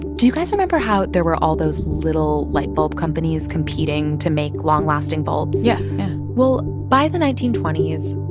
do you guys remember how there were all those little light bulb companies competing to make long-lasting bulbs? yeah. yeah well, by the nineteen twenty s,